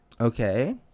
Okay